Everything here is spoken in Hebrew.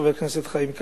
חבר הכנסת חיים כץ,